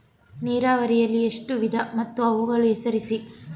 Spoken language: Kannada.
ನೀರಾವರಿಯಲ್ಲಿ ಎಷ್ಟು ವಿಧ ಮತ್ತು ಅವುಗಳನ್ನು ಹೆಸರಿಸಿ?